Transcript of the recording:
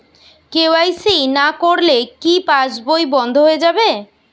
KYC না করলে কি পাশবই বন্ধ হয়ে যাবে?